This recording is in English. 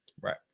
Right